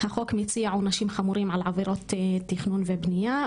החוק מציע עונשים חמורים על עבירות תכנון ובנייה,